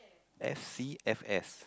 S_C_F_S